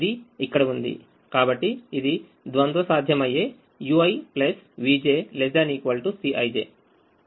ఇది ఇక్కడ ఉంది కాబట్టి ఇది ద్వంద్వ సాధ్యమయ్యే uivj ≤ Cij